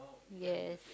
yes